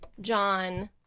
John